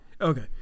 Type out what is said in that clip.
Okay